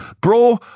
bro